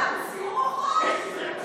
אנחנו בסיעור מוחות.